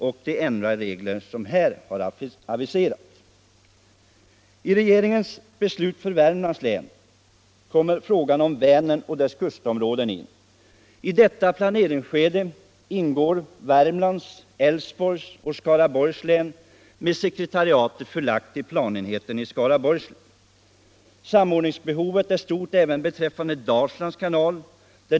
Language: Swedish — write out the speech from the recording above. I regeringens beslut för Värmlands län understryks behovet av en samordnad planering för Vänern och dess kustområden. I detta planeringsområde ingår Värmlands, Älvsborgs och Skaraborgs län med sekretariatet förlagt till planenheten i Skaraborgs län. Samordningsbehovet är stort även beträffande Dalslands kanal.